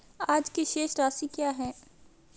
आज की शेष राशि क्या है?